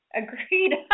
agreed